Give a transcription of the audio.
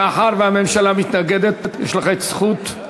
מאחר שהממשלה מתנגדת, יש לך זכות.